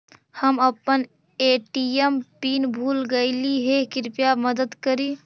हम अपन ATM pin भूल गईली हे, कृपया मदद करी